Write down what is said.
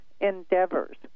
endeavors